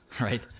Right